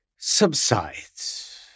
subsides